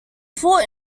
fort